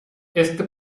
este